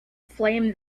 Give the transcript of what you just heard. flame